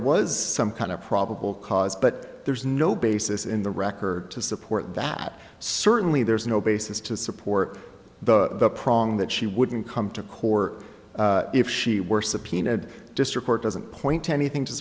was some kind of probable cause but there's no basis in the record to support that certainly there's no basis to support the prong that she wouldn't come to court if she were subpoenaed just report doesn't point to anything to